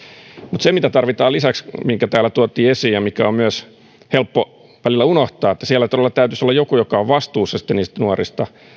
mutta se mitä tarvitaan lisäksi mikä täällä tuotiin esiin ja mikä on myös helppo välillä unohtaa on että siellä todella täytyisi olla joku joka on vastuussa niistä nuorista